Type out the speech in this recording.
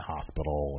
Hospital